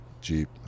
Jeep